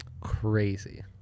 Crazy